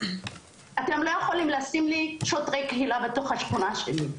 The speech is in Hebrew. אתם לא יכולים לשים לי שוטרי קהילה בתוך השכונה שלי.